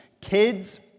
Kids